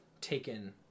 taken